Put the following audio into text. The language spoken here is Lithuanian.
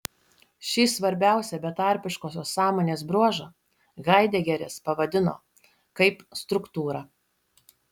šį svarbiausią betarpiškosios sąmonės bruožą haidegeris pavadino kaip struktūra